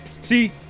see